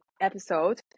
episode